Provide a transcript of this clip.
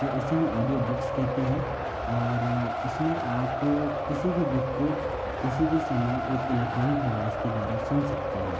तो इसे हम ऑडियोबुक्स कहते हैं और इसमें आप किसी भी बुक को किसी भी समय एक इलेक्ट्रॉनिक डिवाइस के द्वारा सुन सकते हैं